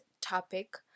topic